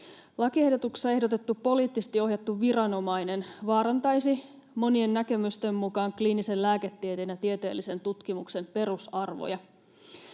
Lakiehdotuksessa ehdotettu poliittisesti ohjattu viranomainen vaarantaisi monien näkemysten mukaan kliinisen lääketieteen ja tieteellisen tutkimuksen perusarvoja.